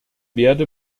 werde